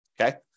okay